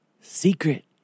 Secret